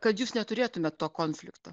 kad jūs neturėtumėt to konflikto